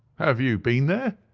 have you been there?